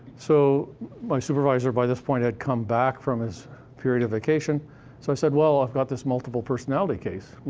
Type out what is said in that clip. so my supervisor, by this point, had come back from his period of vacation, so i said, well, i've got this multiple personality case.